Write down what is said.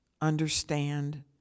understand